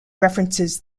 references